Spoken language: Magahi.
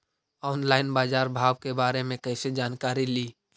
ऑनलाइन बाजार भाव के बारे मे कैसे जानकारी ली?